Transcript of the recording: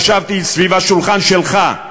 ישבתי סביב השולחן שלך.